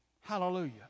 Hallelujah